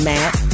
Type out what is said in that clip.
Matt